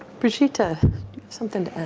brigitte, ah something to